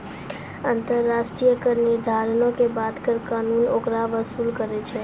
अन्तर्राष्ट्रिय कर निर्धारणो के बाद कर कानून ओकरा वसूल करै छै